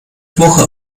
woche